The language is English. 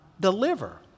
Deliver